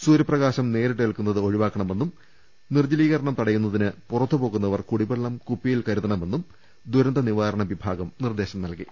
സൂര്യപ്രകാശം നേരിട്ടേൽക്കുന്നത് ഒഴിവാക്കണമെന്നും നിർജ ലീകരണം തടയുന്നതിന് പുറത്തു പോകുന്നവർ കൂടിവെള്ളം കൂപ്പി യിൽ കരുതണമെന്നും ദുരന്തനിവാരണ വിഭാഗം നിർദേശം നൽകി